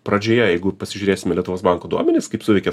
pradžioje jeigu pasižiūrėsim į lietuvos banko duomenis kaip suveikė